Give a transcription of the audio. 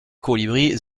colibris